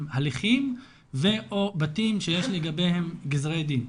הליכים ו/או בתים שיש לגביהם גזרי דין.